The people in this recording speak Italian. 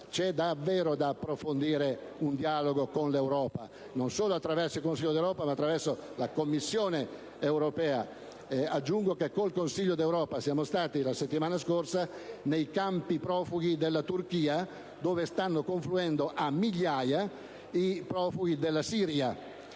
davvero approfondire il dialogo con l'Europa, non solo attraverso il Consiglio d'Europa, ma attraverso la Commissione europea. Aggiungo che, con il Consiglio d'Europa, la settimana scorsa siamo stati nei campi profughi della Turchia, dove stanno confluendo a migliaia i profughi della Siria.